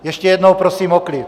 Ještě jednou prosím o klid.